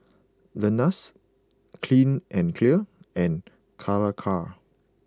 Lenas Clean and Clear and Calacara